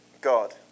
God